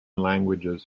languages